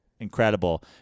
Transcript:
incredible